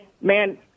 Man